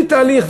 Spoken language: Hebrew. בלי תהליך,